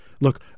Look